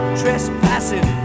trespassing